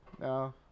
No